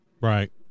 Right